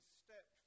step